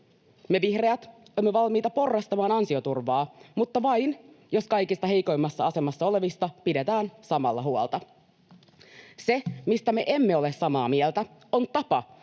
Me vihreät olemme valmiita porrastamaan ansioturvaa, mutta vain, jos kaikista heikoimmassa asemassa olevista pidetään samalla huolta. Se, mistä me emme ole samaa mieltä, on tapa,